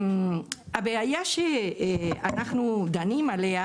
הבעיה שאנחנו דנים עליה,